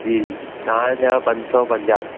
जी तव्हां जा पंज सौ पंजाह